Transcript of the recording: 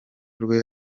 rwe